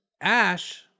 Ash